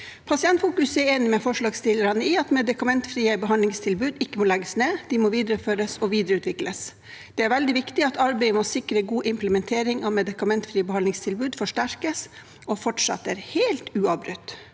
Pasientfokus er enig med forslagsstillerne i at medikamentfrie behandlingstilbud ikke må legges ned, de må videreføres og videreutvikles. Det er veldig viktig at arbeidet med å sikre god implementering av medikamentfrie behandlingstilbud forsterkes og fortsetter – helt uavbrutt.